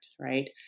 Right